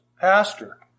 pastor